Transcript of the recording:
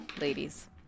ladies